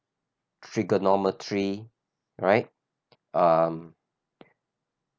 trigonometry right um